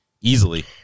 easily